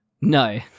No